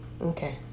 Okay